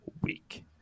week